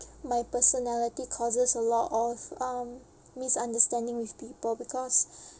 my personality causes a lot of um misunderstanding with people because